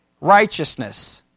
righteousness